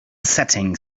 setting